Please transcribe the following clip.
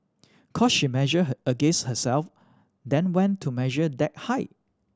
cos she measured her against herself then went to measure that height